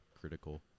critical